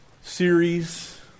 series